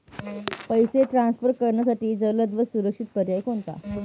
पैसे ट्रान्सफर करण्यासाठी जलद व सुरक्षित पर्याय कोणता?